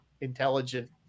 intelligent